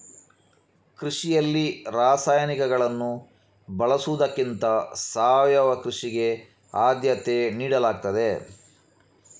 ಕೃಷಿಯಲ್ಲಿ ರಾಸಾಯನಿಕಗಳನ್ನು ಬಳಸುವುದಕ್ಕಿಂತ ಸಾವಯವ ಕೃಷಿಗೆ ಆದ್ಯತೆ ನೀಡಲಾಗ್ತದೆ